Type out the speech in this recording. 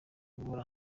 guhora